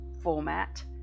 format